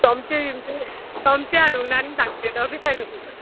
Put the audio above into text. चोमचे चमचें हाडूंक ना आनी धाकटे डोबीत हाडूंक ना